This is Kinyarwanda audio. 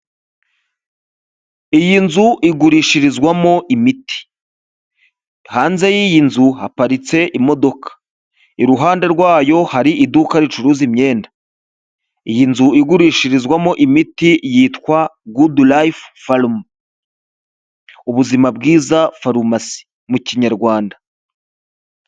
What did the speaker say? Iyi nzu igurishirizwamo imiti, hanze y'iyi nzu haparitse imodoka, iruhande rwayo hari iduka ricuruza imyenda, iyi nzu igurishirizwamo imiti yitwa gudu liyifu faruma, ubuzima bwiza farumasi mu kinyarwanda.